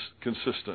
consistent